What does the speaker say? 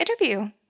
interview